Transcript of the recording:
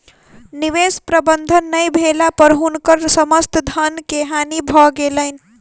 निवेश प्रबंधन नै भेला पर हुनकर समस्त धन के हानि भ गेलैन